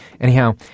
Anyhow